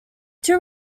two